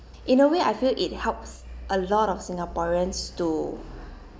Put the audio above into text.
in a way I feel it helps a lot of singaporeans to